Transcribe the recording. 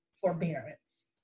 forbearance